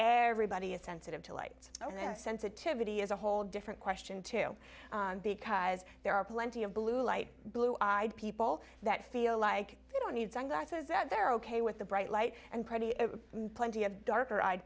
everybody is sensitive to light sensitivity as a whole different question too because there are plenty of blue light blue eyed people that feel like they don't need some guy says that they're ok with the bright light and pretty plenty of darker